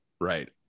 right